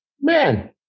man